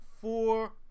Four